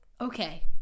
okay